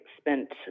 spent